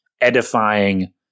edifying